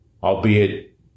albeit